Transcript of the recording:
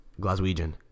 Glaswegian